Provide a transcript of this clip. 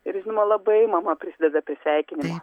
ir žinoma labai mama prisideda prie sveikinimo